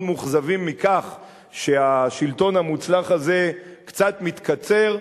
מאוכזבים מכך שהשלטון המוצלח הזה קצת מתקצר,